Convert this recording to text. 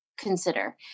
Consider